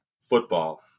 football